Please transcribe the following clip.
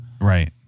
Right